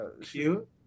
Cute